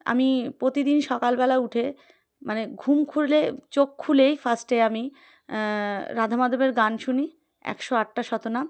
আমি প্রতিদিন সকালবেলা উঠে মানে ঘুম খুলে চোখ খুলেই ফার্স্টে আমি রাধ মাধবের গান শুনি একশো আটটা শতনাম